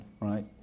right